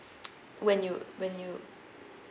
when you when you